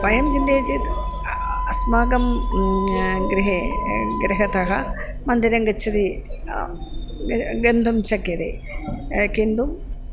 वयं चिन्तयन्ति चेत् अस्माकं गृहे गृहतः मन्दिरं गच्छति गन्तुं शक्यते किन्तु